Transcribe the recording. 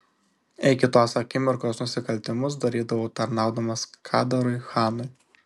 iki tos akimirkos nusikaltimus darydavau tarnaudamas kadarui chanui